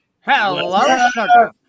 Hello